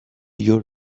your